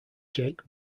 jake